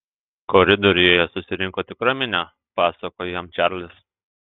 koridoriuje susirinko tikra minia pasakojo jam čarlis